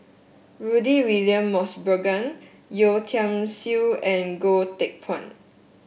Rudy William Mosbergen Yeo Tiam Siew and Goh Teck Phuan